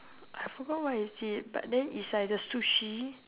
I forgot where I see it but then is like a sushi